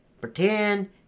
pretend